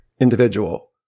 individual